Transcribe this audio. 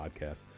podcast